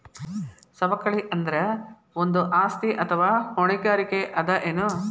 ಸವಕಳಿ ಅಂದ್ರ ಒಂದು ಆಸ್ತಿ ಅಥವಾ ಹೊಣೆಗಾರಿಕೆ ಅದ ಎನು?